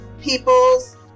peoples